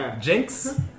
Jinx